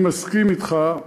אני מסכים אתך,